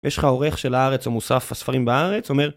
ויש לך עורך של הארץ או מוסף ספרים בארץ, אומר...